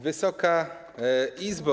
Wysoka Izbo!